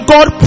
God